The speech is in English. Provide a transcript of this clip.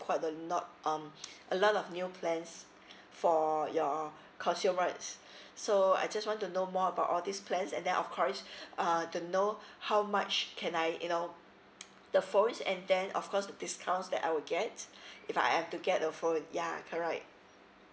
quite a lot um a lot of new plans for your consumers so I just want to know more about all these plans and then of course uh to know how much can I you know the phones and then of course the discounts that I will get if I have to get a phone yeah correct